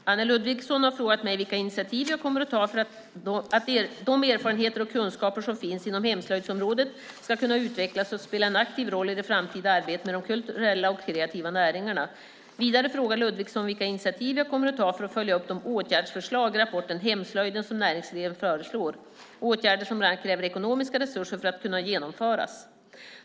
Fru talman! Anne Ludvigsson har frågat mig vilka initiativ jag kommer att ta för att de erfarenheter och kunskaper som finns inom hemslöjdsområdet ska kunna utvecklas och spela en aktiv roll i det framtida arbetet med de kulturella och kreativa näringarna. Vidare frågar Ludvigsson vilka initiativ jag kommer att ta för att följa upp de åtgärdsförslag rapporten Hemslöjden som näringsgren föreslår, åtgärder som bland annat kräver ekonomiska resurser för att kunna genomföras.